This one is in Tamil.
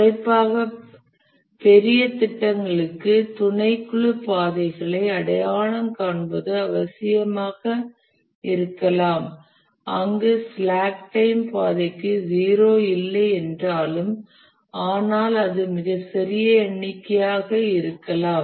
குறிப்பாக பெரிய திட்டங்களுக்கு துணைக்குழு பாதைகளை அடையாளம் காண்பது அவசியமாக இருக்கலாம் அங்கு ஸ்லாக் டைம் பாதைக்கு 0 இல்லை என்றாலும் ஆனால் அது மிகச் சிறிய எண்ணிக்கையாக இருக்கலாம்